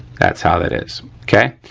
that's how that is, okay.